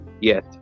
Yes